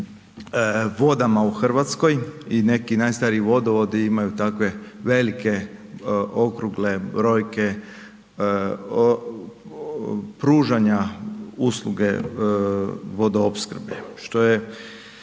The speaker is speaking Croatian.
vodama u Hrvatskoj i neki najstariji vodovodi imaju takve velike okrugle brojke pružanja usluge vodoopskrbe